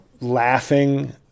laughing